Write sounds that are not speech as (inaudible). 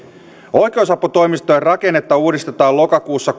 oikeusaputoimistojen rakennetta uudistetaan lokakuussa (unintelligible)